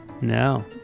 No